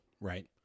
right